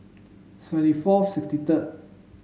seventy four sixty third